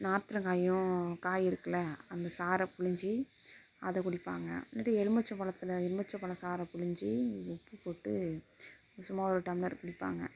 நார்த்தங்காயும் காய் இருக்குதில்ல அந்த சாறை புழிஞ்சி அதை குடிப்பாங்கள் இல்லாட்டி எலுமிச்சம்பழத்துல எலுமிச்சப்பழ சாறை புழிஞ்சி உப்பு போட்டு சும்மா ஒரு டம்ளர் குடிப்பாங்கள்